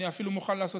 אני אפילו מוכן לעשות